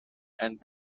and